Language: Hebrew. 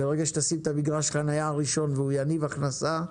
ברגע שתשים את מגרש החנייה הראשון והוא יניב הכנסה,